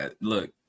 look